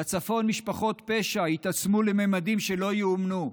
בצפון משפחות פשע התעצמו לממדים שלא ייאמנו,